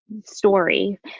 story